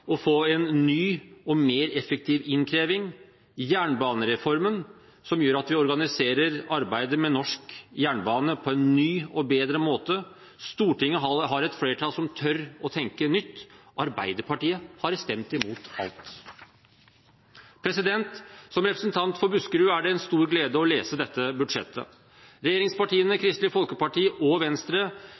å få en ny og mer effektiv innkreving, jernbanereformen, som gjør at vi organiserer arbeidet med norsk jernbane på en ny og bedre måte. Stortinget har et flertall som tør å tenke nytt. Arbeiderpartiet har stemt imot alt. Som representant for Buskerud er det en stor glede å lese dette budsjettet. Regjeringspartiene, Kristelig Folkeparti og Venstre